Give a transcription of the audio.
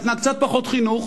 היא נתנה קצת פחות חינוך,